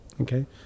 Okay